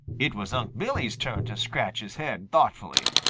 it was unc' billy's turn to scratch his head thoughtfully.